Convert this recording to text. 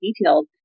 details